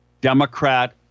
Democrat